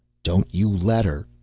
don't you let her.